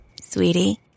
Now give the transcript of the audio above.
Sweetie